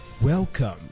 Welcome